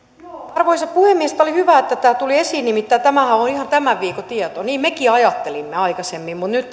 arvoisa puhemies oli hyvä että tämä tuli esiin nimittäin tämähän on ihan tämän viikon tieto niin mekin ajattelimme aikaisemmin mutta nyt